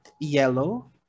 yellow